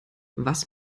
was